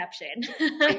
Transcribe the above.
exception